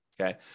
okay